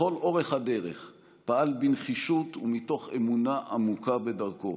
לכל אורך הדרך פעל בנחישות ומתוך אמונה עמוקה בדרכו.